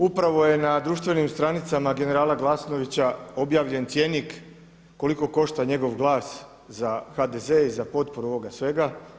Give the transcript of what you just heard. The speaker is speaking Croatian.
Upravo je na društvenim stranicama generala Glasnovića objavljen cjenik koliko košta njegov glas za HDZ i za potporu ovoga svega.